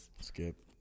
Skip